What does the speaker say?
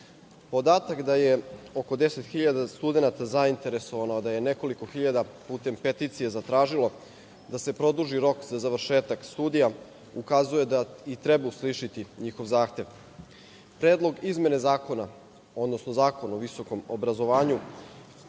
podatak da je oko 10.000 studenata zainteresovano, a da je nekoliko hiljada putem peticije zatražilo da se produži rok za završetak studija, ukazuje da treba uslišiti njihov zahtev. Predlog izmena Zakona, odnosno Zakon o visokom obrazovanju